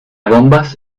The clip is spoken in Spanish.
bombas